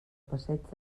passeig